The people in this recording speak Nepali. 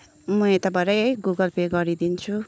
म यताबाटै है गुगल पे गरिदिन्छु